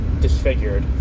disfigured